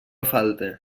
falte